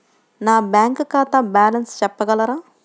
నా బ్యాంక్ ఖాతా బ్యాలెన్స్ చెప్పగలరా?